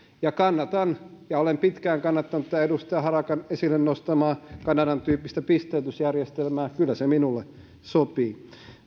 kannatan ja olen pitkään kannattanut edustaja harakan esille nostamaa kanadan tyyppistä pisteytysjärjestelmää kyllä se minulle sopii